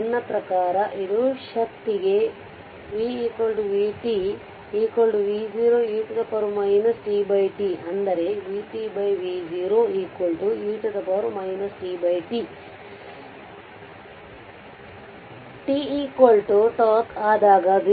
ನನ್ನ ಪ್ರಕಾರ ಇದು ಶಕ್ತಿಗೆ v vt v0e tT ಅಂದರೆ vtv0 e tT t τ ಆದಾಗ 0